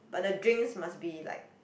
but the drinks must be like